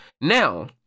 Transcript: Now